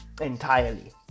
entirely